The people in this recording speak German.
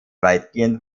weitgehend